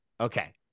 Okay